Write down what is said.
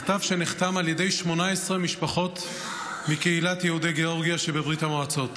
מכתב שנחתם על ידי 18 משפחות מקהילת יהודי גאורגיה שבברית המועצות